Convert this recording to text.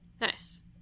Nice